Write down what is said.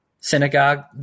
synagogue